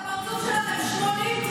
40% מהמערך המשטרתי יקבל תוספת של 1,000 שקלים,